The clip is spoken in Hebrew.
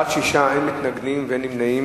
בעד, 6, אין מתנגדים ואין נמנעים.